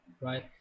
right